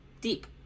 deep